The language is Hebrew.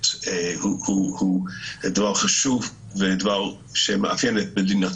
באמת הוא דבר חשוב ודבר שמאפיין את מדינת